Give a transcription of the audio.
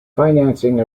financing